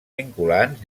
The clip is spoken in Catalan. vinculants